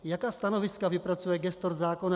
Jaká stanoviska vypracuje gestor zákona?